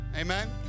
Amen